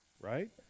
right